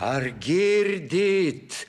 ar girdit